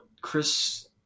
Chris